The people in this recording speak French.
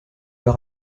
leur